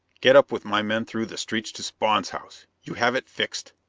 get up with my men through the streets to spawn's house? you have it fixed?